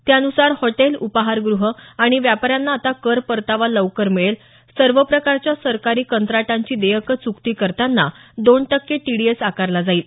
त्यानुसार हॉटेल उपाहारगृह आणि व्यापाऱ्यांना आता कर परतावा लवकर मिळेल सर्व प्रकारच्या सरकारी कंत्राटांची देयकं चुकती करताना दोन टक्के टीडीएस आकारला जाईल